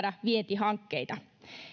vientihankkeita